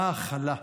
באה הכלה.